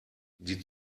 die